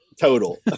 total